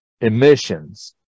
emissions